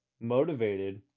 motivated